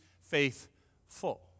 faithful